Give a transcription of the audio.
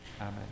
amen